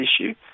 issue